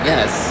Yes